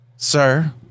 Sir